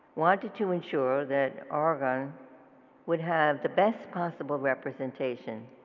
wanted to ensure that oregon would have the best possible representation.